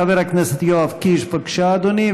חבר הכנסת יואב קיש, בבקשה, אדוני.